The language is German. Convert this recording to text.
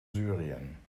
syrien